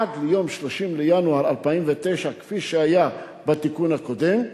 עד ליום 30 בינואר 2009, כפי שהיה בתיקון הקודם,